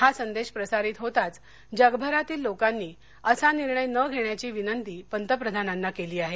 हा संदेश प्रसारित होताच जगभरातील लोकांनी असा निर्णय न घेण्याची विनंती पंतप्रधानांना केली आहे